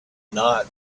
not